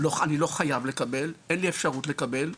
אני לא חייב לקבל, אין לי אפשרות לקבל,